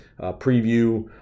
preview